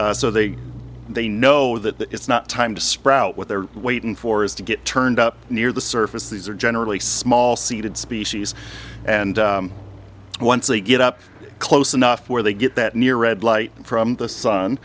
they they know that it's not time to sprout what they're waiting for is to get turned up near the surface these are generally small seeded species and once they get up close enough where they get that near red light from the